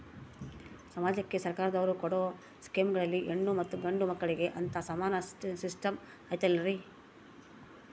ಸಮಾಜಕ್ಕೆ ಸರ್ಕಾರದವರು ಕೊಡೊ ಸ್ಕೇಮುಗಳಲ್ಲಿ ಹೆಣ್ಣು ಮತ್ತಾ ಗಂಡು ಮಕ್ಕಳಿಗೆ ಅಂತಾ ಸಮಾನ ಸಿಸ್ಟಮ್ ಐತಲ್ರಿ?